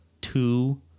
two